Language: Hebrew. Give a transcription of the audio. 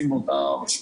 ובהסכמתי.